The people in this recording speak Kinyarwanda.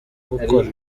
gukora